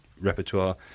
repertoire